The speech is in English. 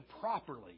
properly